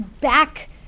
back